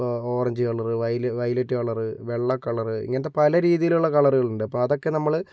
ഇപ്പോൾ orange colour violet colour വെള്ളക്കളറ് ഇങ്ങനത്തെ പല രീതിയിലുള്ള കളറുകളുണ്ട് അപ്പോൾ അതൊക്കെ നമ്മൾ